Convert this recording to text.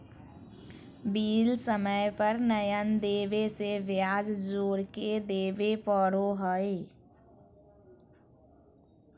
bill समय पर नयय देबे से ब्याज जोर के देबे पड़ो हइ